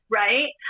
right